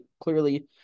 clearly